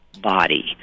body